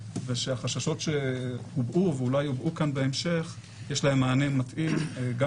ושהחששות שהובעו ואולי יובעו כאן בהמשך יש להם מענה מתאים גם